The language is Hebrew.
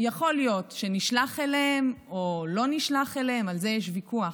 יכול להיות שנשלחה אליהם או לא נשלחה אליהם על זה יש ויכוח,